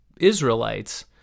israelites